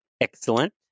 Excellent